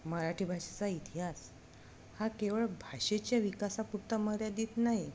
मराठी भाषेचा इतिहास हा केवळ भाषेच्या विकासापुरता मर्यादित नाही